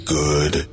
good